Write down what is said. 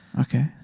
Okay